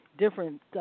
Different